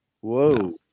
Whoa